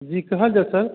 जी कहल जाउ सर